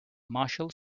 marshall